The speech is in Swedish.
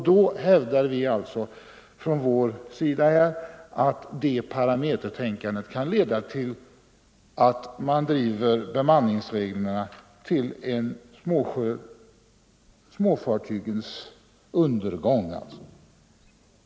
Då hävdar vi att detta parametertänkande kan leda till att man driver bemanningsreglerna till en småfartygens undergång.